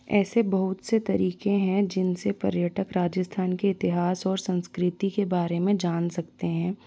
ऐसे बहुत से तरीके हैं जिनसे पर्यटक राजस्थान के इतिहास और संस्कृति के बारे में जान सकते हैं